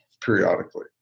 periodically